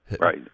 right